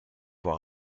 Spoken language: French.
voit